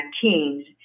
Teams